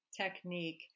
technique